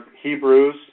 Hebrews